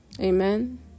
Amen